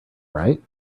right